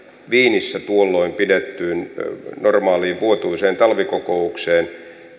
wienissä tuolloin pidettyyn normaaliin vuotuiseen talvikokoukseen